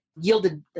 yielded